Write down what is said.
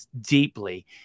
deeply